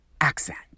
accent